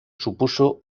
supuso